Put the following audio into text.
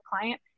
client